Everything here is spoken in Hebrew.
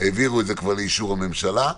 העבירו את זה כבר לאישור הממשלה.